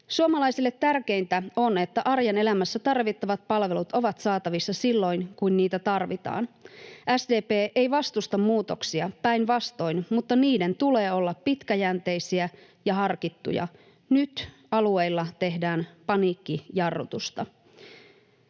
Suomalaisille tärkeintä on, että arjen elämässä tarvittavat palvelut ovat saatavissa silloin, kun niitä tarvitaan. SDP ei vastusta muutoksia, päinvastoin, mutta niiden tulee olla pitkäjänteisiä ja harkittuja. Nyt alueilla tehdään paniikkijarrutusta.